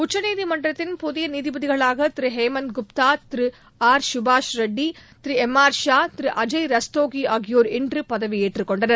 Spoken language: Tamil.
உச்சநீதிமன்றத்தின் புதிய நீதிபதிகளாக திரு ஹேமந்த் குப்தா திரு ஆர் சுபாஷ் ரெட்டி திரு எம் ஆர் ஷா திரு அஜய் ரஸ்தோகி ஆகியோர் இன்று பதவியேற்றுக் கொண்டனர்